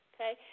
Okay